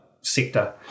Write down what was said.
sector